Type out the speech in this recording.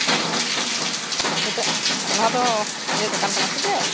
ᱦᱮᱸ ᱮᱴᱟᱜ ᱱᱚᱣᱟ ᱫᱚ ᱤᱭᱟᱹ ᱫᱚᱠᱟᱱ ᱠᱟᱱᱟ ᱥᱮ ᱪᱮᱫ